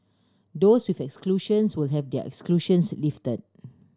those with exclusions will have their exclusions lifted